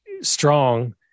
strong